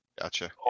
Gotcha